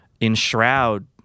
enshroud